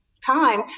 Time